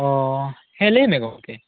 ᱚ ᱦᱮᱸ ᱞᱟ ᱭᱢᱮ ᱜᱚᱝᱠᱮ